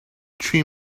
three